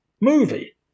movie